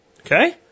Okay